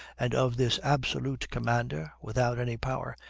and of this absolute commander without any power,